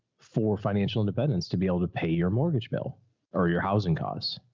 for financial independence to be able to pay your mortgage bill or your housing costs.